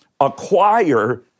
acquire